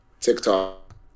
TikTok